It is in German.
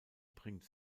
bringt